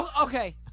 Okay